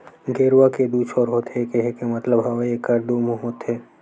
गेरवा के दू छोर होथे केहे के मतलब हवय एखर दू मुहूँ होथे